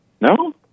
No